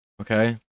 Okay